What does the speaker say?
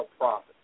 profit